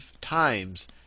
times